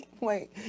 wait